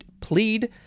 plead